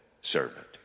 servant